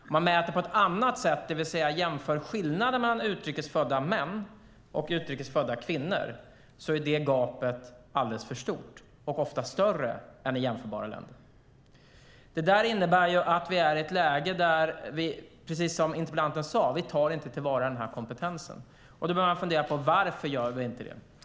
Om man mäter på ett annat sätt, det vill säga jämför skillnader mellan utrikes födda män och utrikes födda kvinnor, är gapet alldeles för stort och ofta större än i jämförbara länder. Det innebär att vi är i ett läge där vi, precis som interpellanten sade, inte tar till vara kompetensen. Då börjar man fundera på varför vi inte gör det.